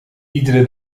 iedere